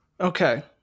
Okay